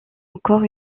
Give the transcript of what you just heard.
encore